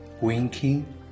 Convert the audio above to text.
winking